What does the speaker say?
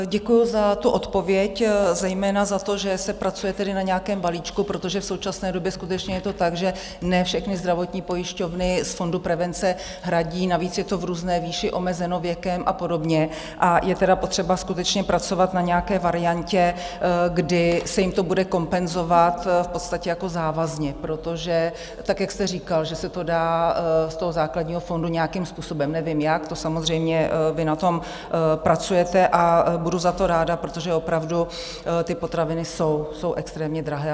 Děkuju za odpověď, zejména za to, že se pracuje na nějakém balíčku, protože v současné době skutečně je to tak, že ne všechny zdravotní pojišťovny z Fondu prevence hradí, navíc je to v různé výši omezeno věkem a podobně, a je tedy potřeba skutečně pracovat na nějaké variantě, kdy se jim to bude kompenzovat v podstatě závazně, protože jak jste říkal, že se to dá z toho základního fondu nějakým způsobem, nevím jak, to samozřejmě vy na tom pracujete a budu za to ráda, protože opravdu ty potraviny jsou extrémně drahé.